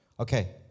Okay